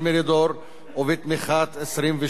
ובתמיכת 27 חברי כנסת.